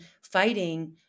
fighting